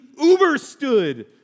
uber-stood